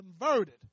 converted